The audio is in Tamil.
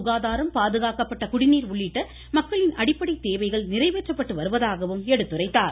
சுகாதாரம் பாதுகாக்கப்பட்ட குடிநீர் உள்ளிட்ட மக்களின் அடிப்படை தேவைகள் நிறைவேற்றப்பட்டு வருவதாக குறிப்பிட்டார்